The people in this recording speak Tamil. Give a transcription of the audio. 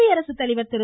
குடியரசு தலைவர் திரு